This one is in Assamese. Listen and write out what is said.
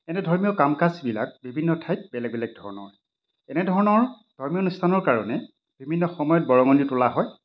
এনে ধৰ্মীয় কাম কাজবিলাক বিভিন্ন ঠাইত বেলেগ বেলেগ ধৰণৰ এনেধৰণৰ ধৰ্মীয় অনুষ্ঠানৰ কাৰণে বিভিন্ন সময়ত বৰঙণি তোলা হয়